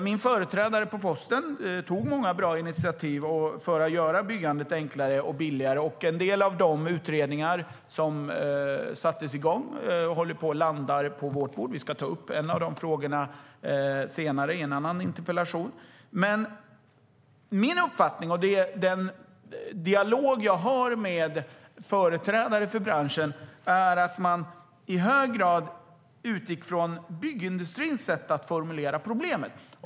Min företrädare på posten tog många bra initiativ för att göra byggandet enklare och billigare. En del av de utredningar som sattes igång håller på att landa på vårt bord. Vi ska ta upp en av de frågorna senare i en annan interpellationsdebatt. Min uppfattning i den dialog som jag har med företrädare för branschen är att man i hög grad utgick från byggindustrins sätt att formulera problemet.